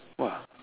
!wah!